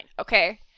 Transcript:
Okay